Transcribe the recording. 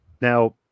Now